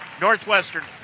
Northwestern